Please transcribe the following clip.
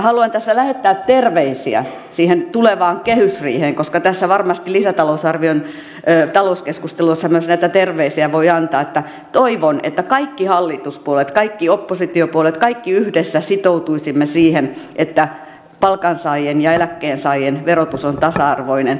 haluan tässä lähettää terveisiä siihen tulevaan kehysriiheen koska varmasti tässä lisätalousarvion talouskeskustelussa myös näitä terveisiä voi antaa että toivon että kaikki hallituspuolueet kaikki oppositiopuolueet kaikki yhdessä sitoutuisimme siihen että palkansaajien ja eläkkeensaajien verotus on tasa arvoinen